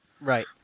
Right